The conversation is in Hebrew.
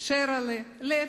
שרל'ה,/ לב,